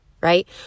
right